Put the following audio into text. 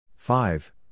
Five